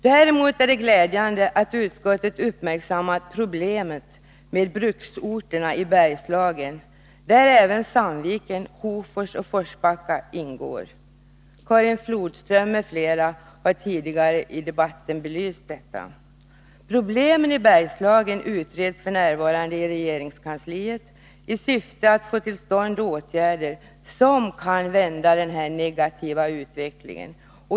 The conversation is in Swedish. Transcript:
Däremot är det glädjande att utskottet uppmärksammat problemet med bruksorterna i Bergslagen, där även Sandviken, Hofors och Forsbacka ingår. Karin Flodström m.fl. har tidigare i debatten belyst detta. Problemen i Bergslagen utreds f. n. i regeringskansliet i syfte att få till stånd åtgärder som kan vända den negativa utvecklingen.